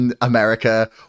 America